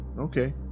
okay